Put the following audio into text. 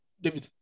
David